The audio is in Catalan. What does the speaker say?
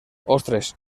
ostres